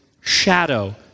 shadow